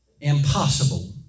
impossible